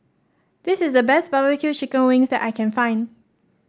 this is the best barbecue Chicken Wings that I can find